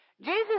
Jesus